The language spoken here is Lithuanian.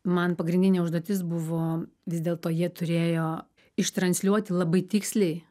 man pagrindinė užduotis buvo vis dėlto jie turėjo ištransliuoti labai tiksliai